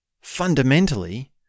fundamentally